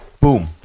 boom